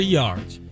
yards